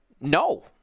no